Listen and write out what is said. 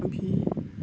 बि